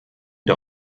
der